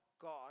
God